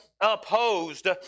Opposed